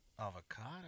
avocado